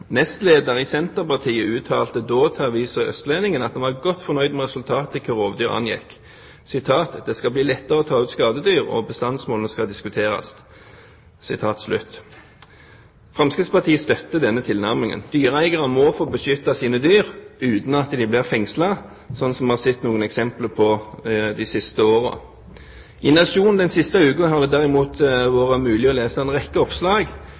Nestleder i Senterpartiet uttalte da til avisen Østlendingen at man var godt fornøyd med resultatet hva rovdyr angikk: at det skal bli lettere å ta ut skadedyr, og at bestandsmålene skal diskuteres.» Fremskrittspartiet støtter denne tilnærmingen. Dyreeiere må få beskytte sine dyr uten at man blir fengslet, slik vi har sett noen eksempler på de siste årene. I Nationen den siste uken har det derimot vært mulig å lese en rekke oppslag